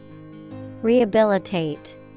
Rehabilitate